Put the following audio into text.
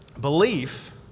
Belief